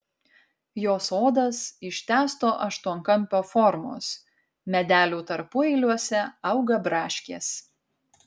jo sodas ištęsto aštuonkampio formos medelių tarpueiliuose auga braškės